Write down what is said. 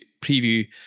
preview